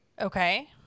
Okay